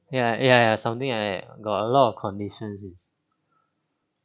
ya ya ya something like that got a lot of conditions is